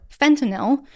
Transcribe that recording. fentanyl